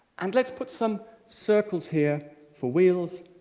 and let's put some circles here for wheels.